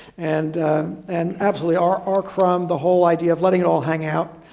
and and absolutely our our crumb, the whole idea of letting it all hang out.